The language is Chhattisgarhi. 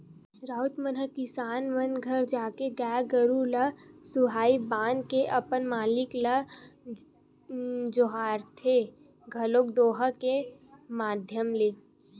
राउत मन ह किसान मन घर जाके गाय गरुवा ल सुहाई बांध के अपन मालिक ल जोहारथे घलोक दोहा के माधियम ले